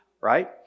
right